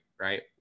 right